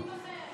זה מה שהעם בחר.